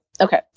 Okay